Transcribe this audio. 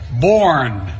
born